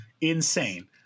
insane